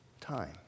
Time